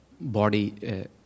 body